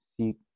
seek